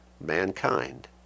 mankind